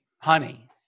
Honey